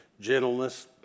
gentleness